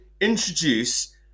introduce